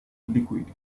liquid